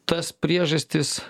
tas priežastis